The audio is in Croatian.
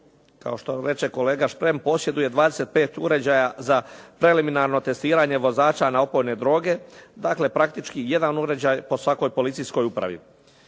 kao što reče kolega Šprem posjeduje 25 uređaja za preliminarno testiranje vozača na opojne droge, dakle praktički jedan uređaj po svakoj policijskoj upravi.